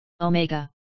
Omega